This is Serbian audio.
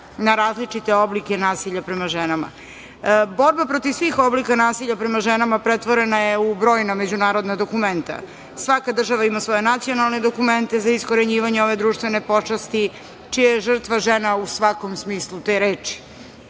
na različite oblike nasilja prema ženama? Borba protiv svih oblika nasilja prema ženama pretvorena je u brojna međunarodna dokumenta. Svaka država ima svoje nacionalne dokumente za iskorenjivanje ove društvene pošasti, čija je žrtva žena u svakom smislu te reči.